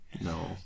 No